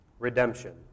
Redemption